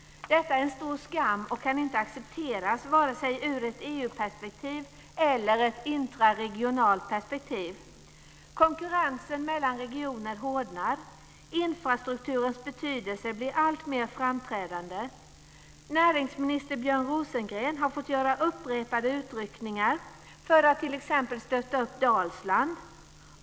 Detta är en stor skam och kan inte accepteras vare sig ur ett EU-perspektiv eller ur ett intraregionalt perspektiv. Konkurrensen mellan regioner hårdnar. Infrastrukturens betydelse blir alltmer framträdande. Näringsminister Björn Rosengren har fått göra upprepade utryckningar för att t.ex. stötta upp Dalsland.